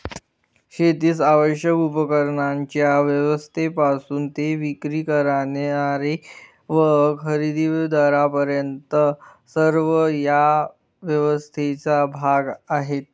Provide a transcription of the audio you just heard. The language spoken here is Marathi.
शेतीस आवश्यक उपकरणांच्या व्यवस्थेपासून ते विक्री करणारे व खरेदीदारांपर्यंत सर्व या व्यवस्थेचा भाग आहेत